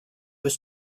was